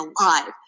alive